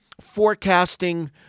forecasting